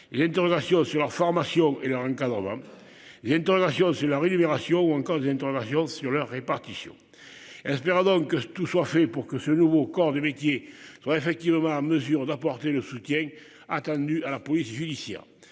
des bras. J'ai une. Sur leur formation et leur encadrement. J'ai une. Sur la rue, Libération ou encore des interrogations sur leur répartition. Donc que tout soit fait pour que ce nouveau corps de métier soit effectivement en mesure d'apporter le soutien attendu à la police judiciaire